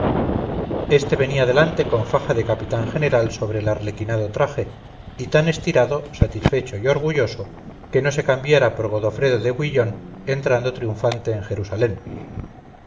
este venía delante con faja de capitán general sobre el arlequinado traje y tan estirado satisfecho y orgulloso que no se cambiara por godofredo de bouillón entrando triunfante en jerusalén